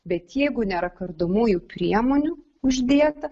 bet jeigu nėra kardomųjų priemonių uždėta